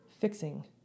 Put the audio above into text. fixing